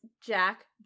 Jack